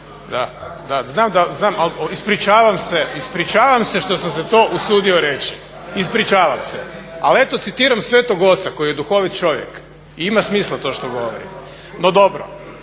… /Upadica se ne razumije./ … Ispričavam se što sam se to usudio reći. Ispričavam se, ali eto citiram Svetog oca koji je duhovit čovjek i ima smisla to što govori, no dobro.